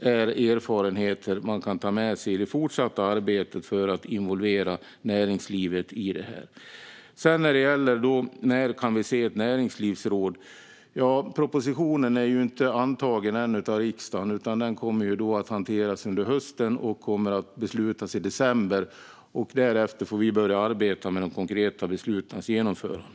Detta är erfarenheter man kan ta med sig i det fortsatta arbetet för att involvera näringslivet i det här. När kan vi se ett näringslivsråd? Ja, propositionen är ju ännu inte antagen av riksdagen. Den kommer att hanteras under hösten, och beslutet kommer i december. Därefter får vi börja arbeta med de konkreta beslutens genomförande.